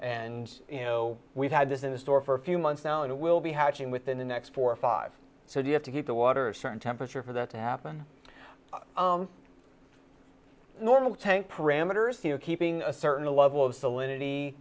and you know we've had this in the store for a few months now and will be hatching within the next four or five so you have to keep the water a certain temperature for that to happen normal tank parameters you know keeping a certain level of s